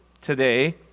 today